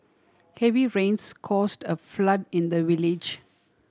heavy rains caused a flood in the village